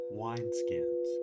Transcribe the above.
wineskins